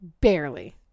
Barely